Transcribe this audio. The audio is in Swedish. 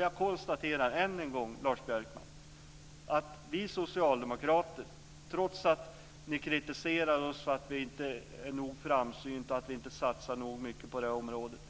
Jag konstaterar än en gång, Lars Björkman, att vi socialdemokrater, trots att ni kritiserar oss för att vi inte är nog framsynta och inte satsar nog mycket på det här området,